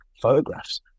photographs